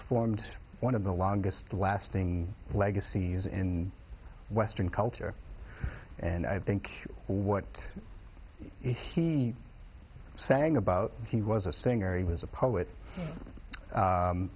formed one of the longest lasting legacies in western culture and i think what he sang about he was a singer he was a poet